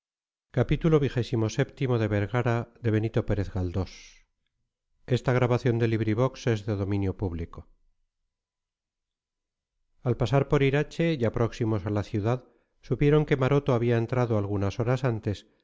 al pasar por irache ya próximos a la ciudad supieron que maroto había entrado algunas horas antes